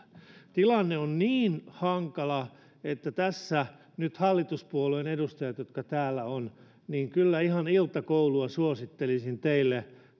tilanne on niin hankala että nyt hallituspuolueiden edustajat jotka täällä olette kyllä ihan iltakoulua suosittelisin teille